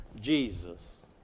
Jesus